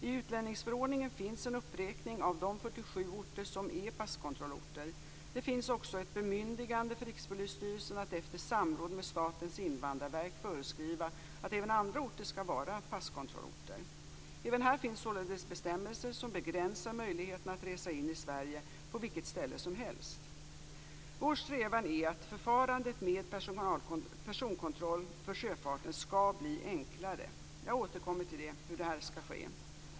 I utlänningsförordningen finns en uppräkning av de 47 orter som är passkontrollorter. Det finns också ett bemyndigande för Rikspolisstyrelsen att efter samråd med Statens invandrarverk föreskriva att även andra orter skall vara passkontrollorter. Även här finns således bestämmelser som begränsar möjligheterna att resa in i Sverige på vilket ställe som helst. Vår strävan är att förfarandet med personkontroll för sjöfarten skall bli enklare. Jag återkommer till hur det skall ske.